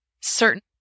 certain